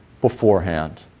beforehand